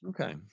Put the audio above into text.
Okay